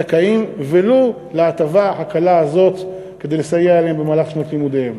זכאים ולו להטבה הקלה הזאת כדי לסייע להם במהלך שנות לימודיהם.